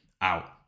out